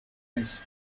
vez